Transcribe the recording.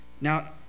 Now